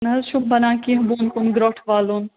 نہَ حظ چھُم بنان کیٚنٛہہ بۅن کُن گروٚٹھ والُن